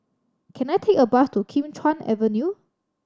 can I take a bus to Kim Chuan Avenue